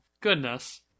goodness